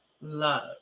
love